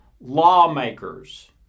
lawmakers